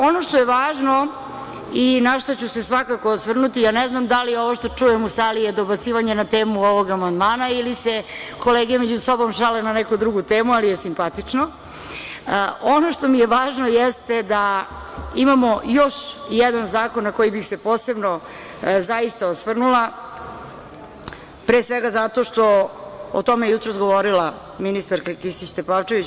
Ono što je važno i na šta ću se svakako osvrnuti, ja ne znam da li je ovo što čujem u sali je dobacivanje na temu ovog amandmana ili se kolege među sobom šale na neku drugu temu, ali je simpatično, ono što mi je važno jeste da imamo još jedan zakon na koji bih se posebno zaista osvrnula, pre svega zato što je o tome jutros govorila ministarka Kisić Tepavčević.